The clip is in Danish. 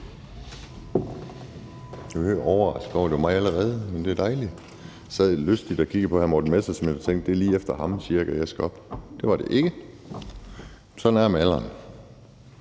overrasket over, at det var mig allerede, men det er dejligt. Jeg sad lystigt og kiggede på hr. Morten Messerschmidt og tænkte, at det cirka var lige efter ham, at jeg skulle op; det var det ikke. Sådan er det